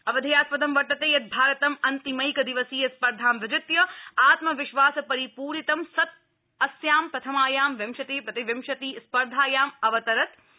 अवधेयास दं वर्तते यत् भारतम् अन्तिमैकदिवसीय स्पर्धा विजित्य आत्मविश्वास रिपूरितं सत् अस्यां प्रथमायां विशति प्रतिविंशति स्थार्धायां अवतरत् आसीत्